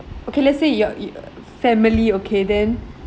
okay let's say your your family okay then